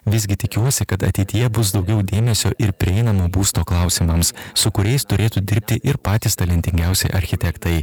visgi tikiuosi kad ateityje bus daugiau dėmesio ir prieinamo būsto klausimams su kuriais turėtų dirbti ir patys talentingiausi architektai